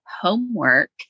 homework